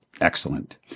Excellent